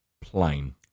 plain